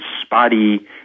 spotty